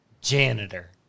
Janitor